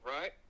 right